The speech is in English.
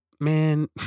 man